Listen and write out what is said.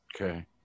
Okay